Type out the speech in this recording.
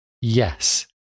Yes